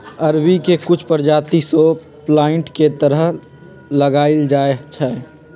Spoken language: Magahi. अरबी के कुछ परजाति शो प्लांट के तरह लगाएल जाई छई